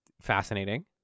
fascinating